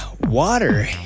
water